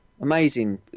amazing